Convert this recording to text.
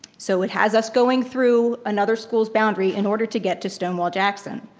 so it has us going through another school's boundary in order to get to stonewall jackson.